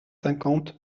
cinquante